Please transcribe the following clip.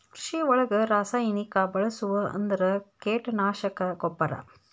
ಕೃಷಿ ಒಳಗ ರಾಸಾಯನಿಕಾ ಬಳಸುದ ಅಂದ್ರ ಕೇಟನಾಶಕಾ, ಗೊಬ್ಬರಾ